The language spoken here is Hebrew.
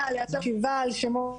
אני רוצה לפנות